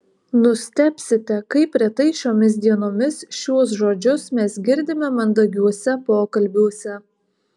nustebsite kaip retai šiomis dienomis šiuos žodžius mes girdime mandagiuose pokalbiuose